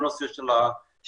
כל נושא של הרכש.